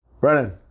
Brennan